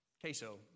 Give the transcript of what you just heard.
queso